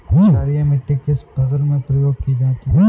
क्षारीय मिट्टी किस फसल में प्रयोग की जाती है?